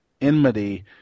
enmity